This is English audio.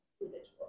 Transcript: Individual